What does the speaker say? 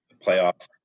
playoff